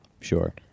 Sure